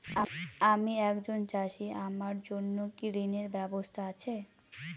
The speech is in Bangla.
আমি একজন চাষী আমার জন্য কি ঋণের ব্যবস্থা আছে?